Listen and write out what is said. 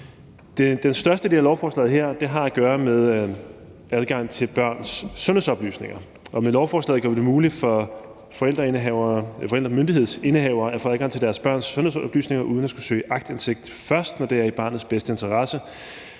Den største del af lovforslaget her har at gøre med adgang til børns sundhedsoplysninger. Med lovforslaget gør vi det muligt for forældremyndighedsindehavere at få adgang til deres børns sundhedsoplysninger uden at skulle søge aktindsigt først, når det er i barnets bedste interesse.